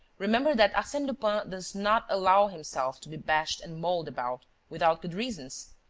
remember that arsene lupin does not allow himself to be bashed and mauled about without good reasons.